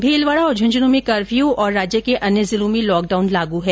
भीलवाडा और झन्झनं में कर्फ्य और राज्य के अन्य जिलों में लॉकडाउन लागू है